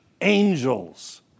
angels